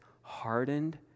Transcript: hardened